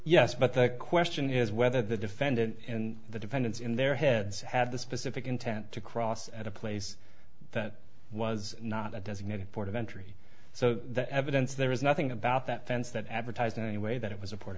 yes but the question is whether the defendant and the defendants in their heads had the specific intent to cross at a place that was not a designated port of entry so the evidence there was nothing about that fence that advertised anyway that it was a po